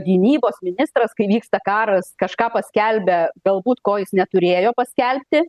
gynybos ministras kai vyksta karas kažką paskelbia galbūt ko jis neturėjo paskelbti